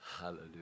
Hallelujah